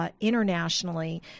Internationally